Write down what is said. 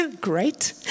Great